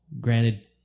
granted